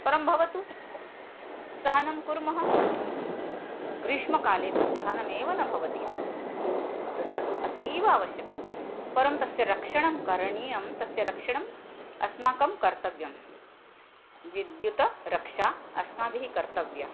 परं भवतु सहनं कुर्मः ग्रीष्मकाले तु सहनमेव न भवति तदा तु अतीव आवश्यकं परं तस्य रक्षणं करणीयं तस्य रक्षणम् अस्माकं कर्तव्यं विद्युतः रक्षा अस्माभिः कर्तव्या